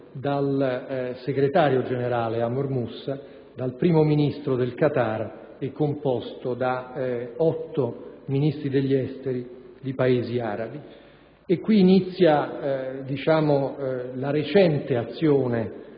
suo segretario generale Amr Moussa, dal Primo ministro del Qatar e composto da otto Ministri degli esteri di Paesi arabi. In tale ambito ha inizio la recente azione